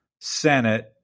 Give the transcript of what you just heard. Senate